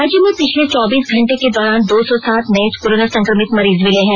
राज्य में पिछले चौबीस घंटे के दौरान दो सौ सात नये कोरोना संक्रमित मरीज मिले है